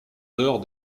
heures